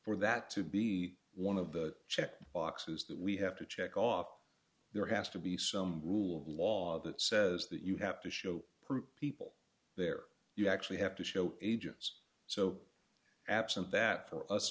for that to be one of the check boxes that we have to check off there has to be some rule of law that says that you have to show proof people there you actually have to show agents so absent that for us